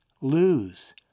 lose